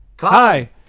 Hi